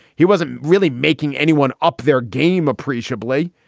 he wasn't really making anyone up their game appreciably.